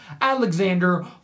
Alexander